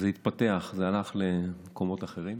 וזה התפתח והלך למקומות אחרים.